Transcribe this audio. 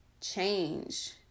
change